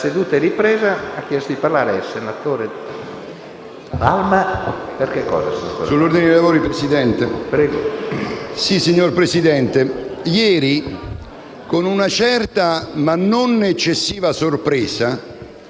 Signor Presidente, ieri, con una certa, ma non eccessiva sorpresa,